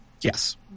Yes